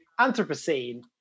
Anthropocene